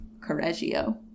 correggio